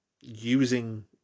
using